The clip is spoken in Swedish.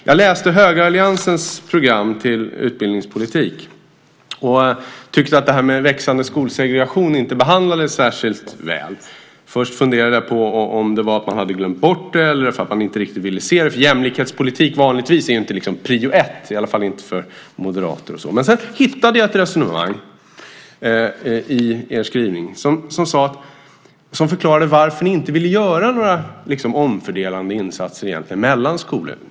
Jag läste högeralliansens program till utbildningspolitik och tyckte att det här med en växande skolsegregation inte behandlades särskilt väl. Först funderade jag på om det var så att man hade glömt bort det eller att man inte riktigt ville se det. Jämlikhetspolitik är ju vanligtvis inte prio 1, i alla fall inte för Moderaterna. Men sedan hittade jag ett resonemang i er skrivning som förklarade varför ni inte vill göra några omfördelande insatser mellan skolor.